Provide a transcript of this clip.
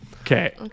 Okay